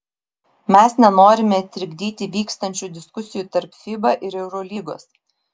mes nenorime trikdyti vykstančių diskusijų tarp fiba ir eurolygos